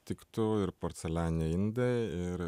tiktų ir porcelianiniai indai ir